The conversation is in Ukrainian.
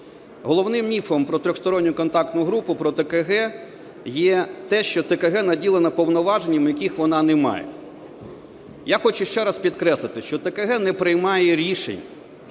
Головним міфом про Тристоронню контактну групу, про ТКГ є те, що ТКГ наділена повноваженнями, яких вона не має. Я хочу ще раз підкреслити, що ТКГ не приймає рішень,